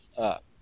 up